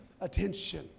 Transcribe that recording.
attention